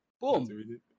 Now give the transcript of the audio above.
Boom